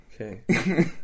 Okay